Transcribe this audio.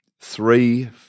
three